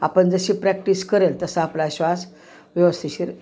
आपण जशी प्रॅक्टिस करल तसं आपला श्वास व्यवस्थिशीर